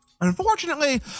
Unfortunately